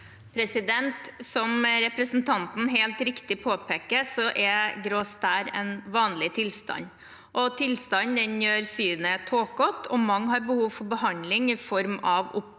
Som represen- tanten helt riktig påpeker, er grå stær en vanlig tilstand. Tilstanden gjør synet tåkete, og mange har behov for behandling i form av operasjon.